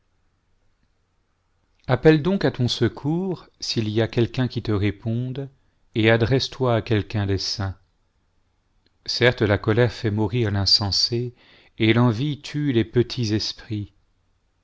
appelle donc à ton secours s'il y a quelqu'un qui te réponde et adresse-toi à quelqu'un les saint certes la colère fait mourir l'insensé et l'envie tue les petits esprits